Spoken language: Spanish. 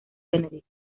benedict